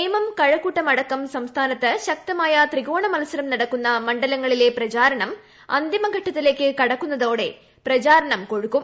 നേമം കഴക്കൂട്ടമടക്കം സംസ്ഥാനത്ത് ശക്തമായ ത്രികോണ മത്സരം നടക്കുന്ന മണ്ഡലങ്ങളിലെ പ്രചാരണം അന്തിമ ഘട്ടത്തിലേക്ക് കടക്കുന്നതോടെ പ്രചാരണം കൊഴുക്കും